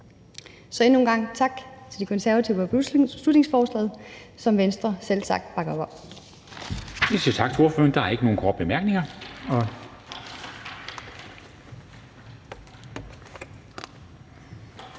Så endnu en gang tak til De Konservative for beslutningsforslaget, som Venstre selvsagt bakker op om.